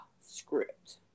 script